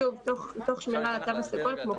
שוב תוך שמירה על התו הסגול,